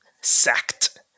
Sacked